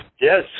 Yes